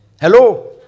Hello